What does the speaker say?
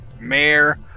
Mayor